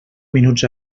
minuts